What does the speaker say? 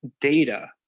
data